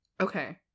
Okay